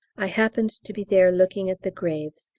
i happened to be there looking at the graves,